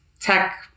tech